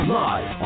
live